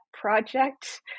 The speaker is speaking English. project